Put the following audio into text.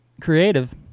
creative